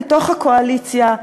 מתוך הקואליציה,